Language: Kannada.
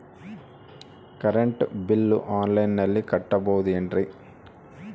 ಕರೆಂಟ್ ಬಿಲ್ಲು ಆನ್ಲೈನಿನಲ್ಲಿ ಕಟ್ಟಬಹುದು ಏನ್ರಿ?